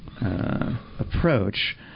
approach